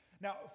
Now